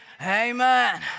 Amen